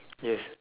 yes